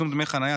תשלום דמי חניה),